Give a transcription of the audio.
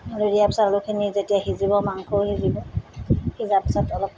আলু দিয়াৰ পিছত আলুখিনি যেতিয়া সিজিব মাংসও সিজিব সিজাৰ পাছত অলপ